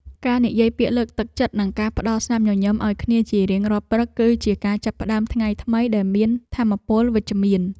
ការនិយាយពាក្យលើកទឹកចិត្តនិងការផ្ដល់ស្នាមញញឹមឱ្យគ្នាជារៀងរាល់ព្រឹក គឺជាការចាប់ផ្ដើមថ្ងៃថ្មីដែលមានថាមពលវិជ្ជមាន។